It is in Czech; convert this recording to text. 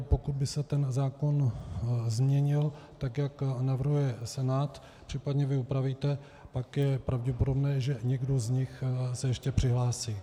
Pokud by se zákon změnil tak, jak navrhuje Senát, případně vy upravíte, pak je pravděpodobné, že někdo z nich se ještě přihlásí.